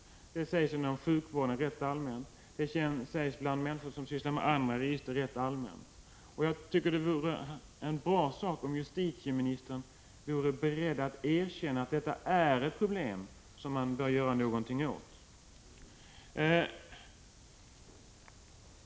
Detta sägs rätt allmänt inom sjukvården, det sägs även allmänt bland människor som sysslar med andra register. Det vore bra om justitieministern vore beredd att erkänna att detta är ett problem som vi bör göra någonting åt.